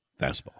fastball